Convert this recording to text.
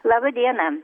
laba diena